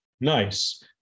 Nice